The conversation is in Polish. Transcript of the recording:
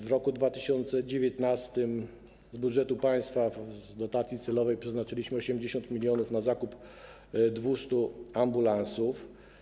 W roku 2019 z budżetu państwa z dotacji celowej przeznaczyliśmy 80 mln na zakup 200 ambulansów.